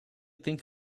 think